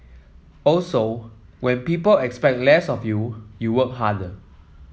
also when people expect less of you you work harder